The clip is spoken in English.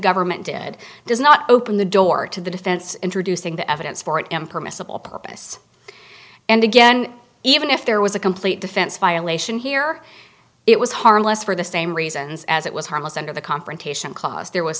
government did does not open the door to the defense introducing the evidence for it in permissible purpose and again even if there was a complete defense violation here it was harmless for the same reasons as it was harmless under the confrontation clause there was